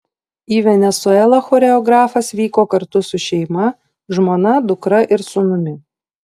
į venesuelą choreografas vyko kartu su šeima žmona dukra ir sūnumi